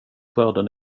skörden